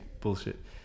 bullshit